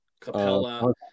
Capella